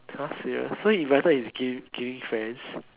!huh! serious so he invited his ga~ gaming friends